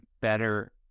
better